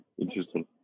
Interesting